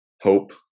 hope